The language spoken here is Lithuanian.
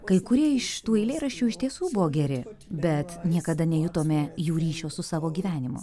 kai kurie iš tų eilėraščių iš tiesų buvo geri bet niekada nejutome jų ryšio su savo gyvenimu